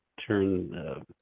turn